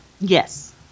Yes